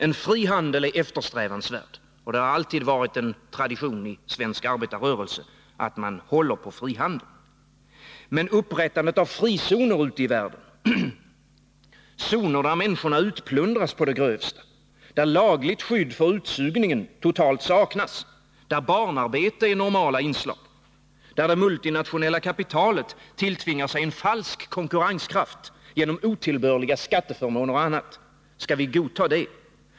En fri handel är eftersträvansvärd, och det har alltid varit en tradition i svensk arbetarrörelse att hålla på frihandeln. Men upprättandet av frizoner ute i världen, zoner där människorna utplundras å det grövsta, där lagligt skydd för utsugningen totalt saknas, där barnarbete är normala inslag, där det multinationella kapitalet tilltvingar sig en falsk konkurrenskraft genom otillbörliga skatteförmåner och annat — skall vi godta det?